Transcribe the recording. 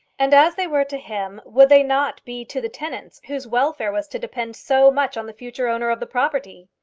and as they were to him, would they not be to the tenants whose welfare was to depend so much on the future owner of the property?